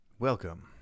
Welcome